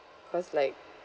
cause like